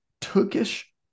Turkish